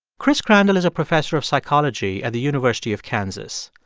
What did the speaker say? chris crandall is a professor of psychology at the university of kansas.